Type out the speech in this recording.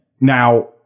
Now